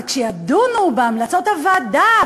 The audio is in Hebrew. וכשידונו בהמלצות הוועדה,